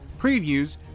previews